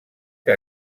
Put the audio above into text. que